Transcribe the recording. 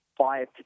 Five